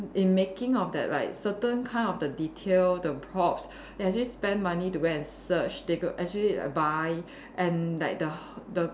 in making of that like certain kind of the detail the props they actually spend money to go and search they actually buy and like the the